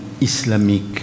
islamique